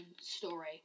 story